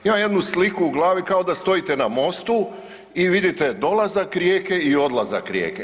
Imam jednu sliku u glavi kao da stojite na mostu i vidite dolazak rijeke i odlazak rijeke.